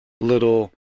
little